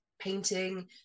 painting